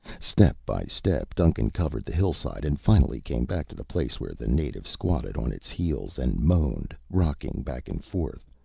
step by step, duncan covered the hillside and finally came back to the place where the native squatted on its heels and moaned, rocking back and forth,